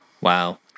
Wow